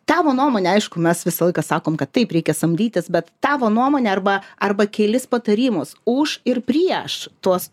tavo nuomone aišku mes visą laiką sakom kad taip reikia samdytis bet tavo nuomone arba arba kelis patarimus už ir prieš tuos